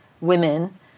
women